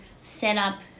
setup